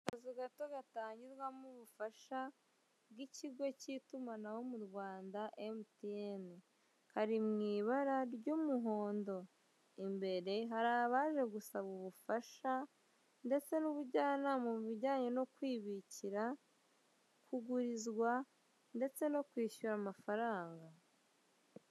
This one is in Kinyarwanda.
Akazu gato gatangirwamo ubufasha b'ikigo gishinzwe itumanaho mu rwanda, emutiyene, kari mu ibara ry'umuhondo imbere hari abaje gusaba ubufasha ndetse n'ubujyanama mu bijyanye no kwibikira kugurizwa ndetse no keishyura amafaranga.